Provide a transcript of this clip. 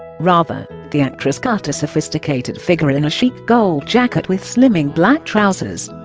rather, the actress cut a sophisticated figure in a chic gold jacket with slimming black trousers